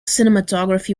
cinematography